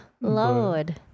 Lord